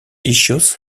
issues